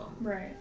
Right